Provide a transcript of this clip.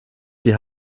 die